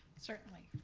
certainly.